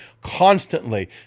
constantly